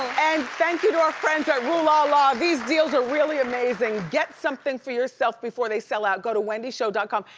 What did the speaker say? and thank you to our friends at rue la la. these deals are really amazing, get something for yourself before they sell out. go to wendyshow com,